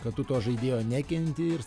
kad tu to žaidėjo nekenti ir jis